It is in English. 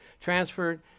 transferred